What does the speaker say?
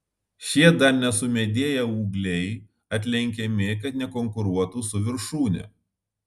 šie dar nesumedėję ūgliai atlenkiami kad nekonkuruotų su viršūne